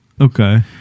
okay